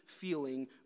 feeling